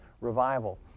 revival